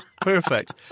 perfect